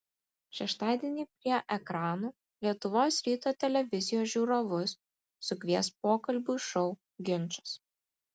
šeštadienį prie ekranų lietuvos ryto televizijos žiūrovus sukvies pokalbių šou ginčas